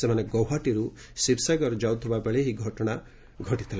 ସେମାନେ ଗୌହାଟୀରୁ ଶିବସାଗର ଯାଉଥିବା ବେଳେ ଏହି ଘଟଣା ଘଟିଥିଲା